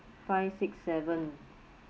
five six seven